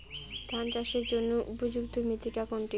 ধান চাষের জন্য উপযুক্ত মৃত্তিকা কোনটি?